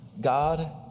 God